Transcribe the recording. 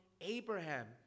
Abraham